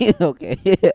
Okay